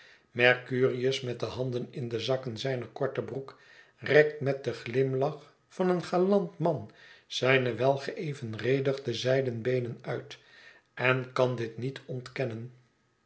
mercurius met de handen in de zakken zijner korte broek rekt met den glimlach van een galant man zijne welgeëvenredigde zijden beenen uit en kan dit niet ontkennen